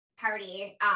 party